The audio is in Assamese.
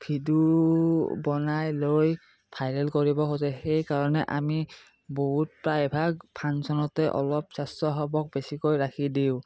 ভিডিঅ' বনাই লৈ ভাইৰেল কৰিব খোজে সেইকাৰণে আমি বহুত প্ৰায়ভাগ ফাংছনতে অলপ স্বেচ্ছাসেৱক বেছিকৈ ৰাখি দিওঁ